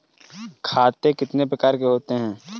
खाते कितने प्रकार के होते हैं?